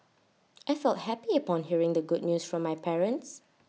I felt happy upon hearing the good news from my parents